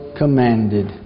commanded